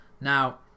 Now